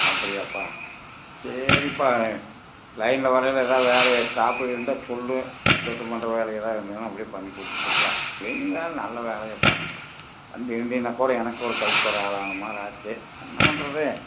அப்படியாப்பா சரிப்பா லயன்ல வரையில ஏதாவது வேலை ஸ்டாஃப்புகள் இருந்தால் சொல்லு சுத்தம் பண்ணுற வேலை ஏதாவது இருந்ததுன்னா அப்படியே பண்ணி கொடுத்துட்டு இருக்குதுல்ல க்ளீனிங் நல்ல வேலையப்பா வந்து இருந்ததுன்னா கூட எனக்கு ஒரு கைக்கு ஒரு ஆள் ஆன மாதிரி ஆச்சு என்ன பண்ணுறது